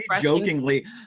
jokingly